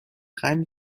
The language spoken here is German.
rein